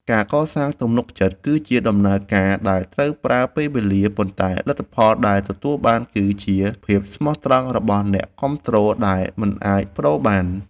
ការកសាងទំនុកចិត្តគឺជាដំណើរការដែលត្រូវប្រើពេលវេលាប៉ុន្តែលទ្ធផលដែលទទួលបានគឺជាភាពស្មោះត្រង់របស់អ្នកគាំទ្រដែលមិនអាចប្តូរបាន។